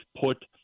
put